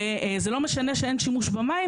וזה לא משנה שאין שימוש במים,